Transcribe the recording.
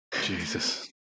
Jesus